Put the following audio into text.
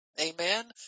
Amen